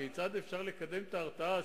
כיצד אפשר לקדם את ההרתעה.